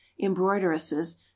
embroideresses